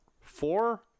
four